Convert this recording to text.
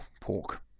pork